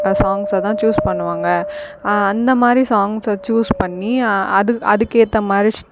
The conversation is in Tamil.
சாங்ஸை தான் சூஸ் பண்ணுவாங்கள் அந்த மாதிரி சாங்ஸை சூஸ் பண்ணி அதுக்கு ஏற்ற மாதிரி